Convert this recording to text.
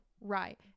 Right